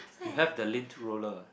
you have the lint roller